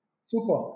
Super